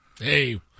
hey